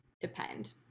depend